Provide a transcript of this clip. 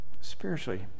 spiritually